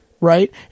right